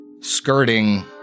skirting